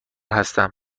هستم